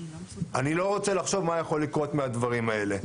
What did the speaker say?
אני לא רוצה לחשוב מה יכול לקרות מהדברים האלה.